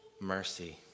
mercy